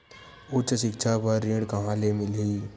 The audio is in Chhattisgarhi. उच्च सिक्छा बर ऋण कहां ले मिलही?